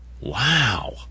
Wow